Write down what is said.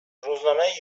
روزنامه